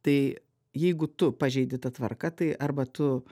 tai jeigu tu pažeidi tą tvarką tai arba tu